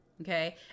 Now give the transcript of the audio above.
okay